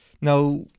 Now